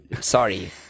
sorry